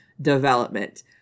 development